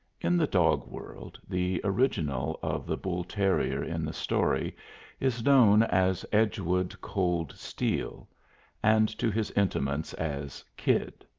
in the dog world, the original of the bull-terrier in the story is known as edgewood cold steel and to his intimates as kid.